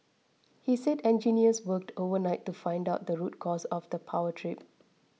he said engineers worked overnight to find out the root cause of the power trip